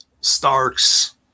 Starks